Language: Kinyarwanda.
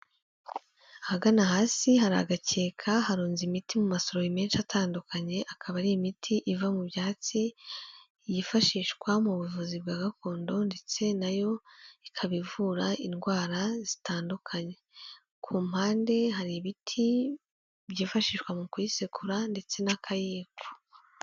Ahagana hasi hari agakeka harunze imiti mu masorori menshi atandukanye, akaba ari imiti iva mu byatsi yifashishwa mu buvuzi bwa gakondo ndetse nayo ikaba ivura indwara zitandukanye, ku mpande hari ibiti byifashishwa mu kuyisekura ndetse n'akayiko.